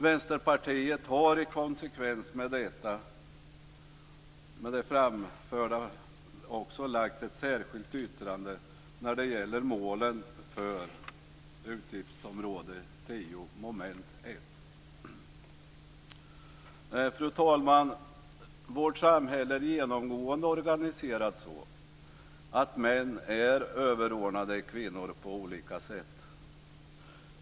Vänsterpartiet har i konsekvens med det framförda lagt ett särskilt yttrande när det gäller målen för utgiftsområde 10 under mom. 1. Fru talman! Vårt samhälle är genomgående organiserat så att män är överordnade kvinnor på olika sätt.